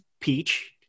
peach